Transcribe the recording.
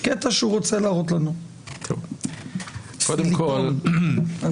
גם במקרים שעלו כאן קודם אגב, אולי